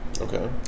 Okay